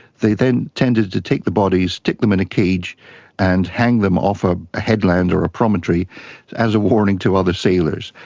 they then tended to take the bodies, stick them in a cage and hang them off a a headland or a promontory as a warning to other sailors.